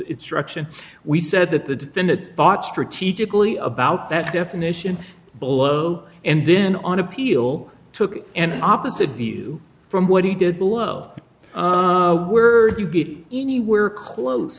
direction we said that the defendant thought strategically about that definition below and then on appeal took an opposite view from what he did below were you get anywhere close